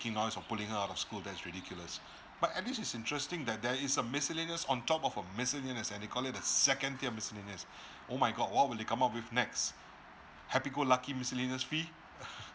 noise or by pulling her out of school that's ridiculous but at least it's interesting that that is a miscellaneous on top of a miscellaneous and they call it a second tier miscellaneous oh my god what would they come up with next happy go lucky miscellaneous fee